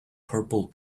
purple